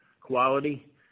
quality